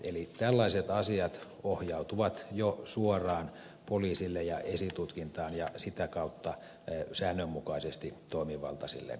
eli tällaiset asiat ohjautuvat jo suoraan poliisille ja esitutkintaan ja sitä kautta säännönmukaisesti toimivaltaisille syyttäjäviranomaisille